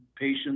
patients